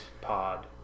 pod